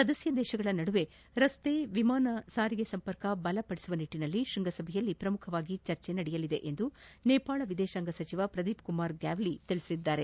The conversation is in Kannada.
ಸದಸ್ಯ ರಾಷ್ಟಗಳ ನಡುವೆ ರಸ್ತೆ ವಿಮಾನ ಸಾರಿಗೆ ಸಂಪರ್ಕ ಬಲಗೊಳಿಸುವ ನಿಟ್ಟಿನಲ್ಲಿ ಶೃಂಗದಲ್ಲಿ ಚರ್ಚೆ ನಡೆಯಲಿದೆ ಎಂದು ನೇಪಾಳ ವಿದೇಶಾಂಗ ಸಚಿವ ಪ್ರದೀಪ್ ಕುಮಾರ್ ಗ್ಯಾವಲಿ ಹೇಳಿದ್ದಾರೆ